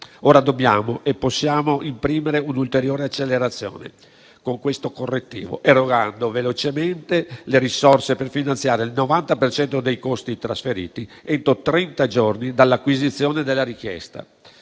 ora dobbiamo e possiamo imprimere un'ulteriore accelerazione con questo correttivo, erogando velocemente le risorse per finanziare il 90 per cento dei costi trasferiti entro trenta giorni dall'acquisizione della richiesta.